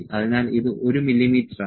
അതിനാൽ ഇത് 1 മില്ലീമീറ്ററാണ്